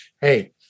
hey